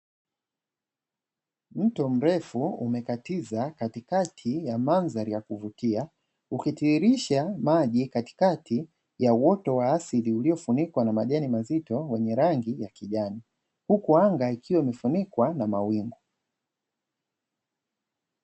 Mto mrefu umekatiza katikati ya mandhari ya kuvutia, ukitiririsha maji katikati ya uoto wa asili uliofunikwa na majani mazito wenye rangi ya kijani, huku anga ikiwa imefunikwa na mawingu.